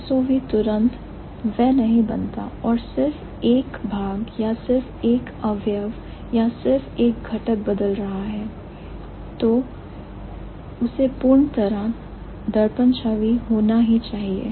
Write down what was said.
SOV तुरंत वह नहीं बनता और सिर्फ एक कॉम्पोनेंट यह सिर्फ एक घटक यानी कि कांस्टीट्यूएंट बदल रहा है तो उसे पूर्ण तरह दर्पण छवि होना ही चाहिए